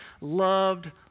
loved